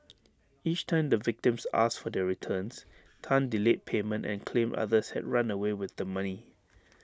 each time the victims asked for their returns Tan delayed payment and claimed others had run away with the money